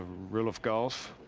rule of golf,